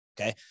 okay